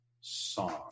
song